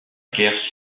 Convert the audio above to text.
guerre